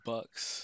Bucks